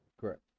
Correct